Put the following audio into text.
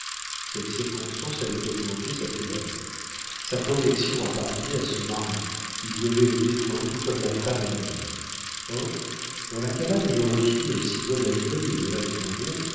cette circonstance avait augmenté sa fureur sa protection appartenait à ce mari il devait le défendre comme la femme elle-même or dans la cabane où je reçus un si bon accueil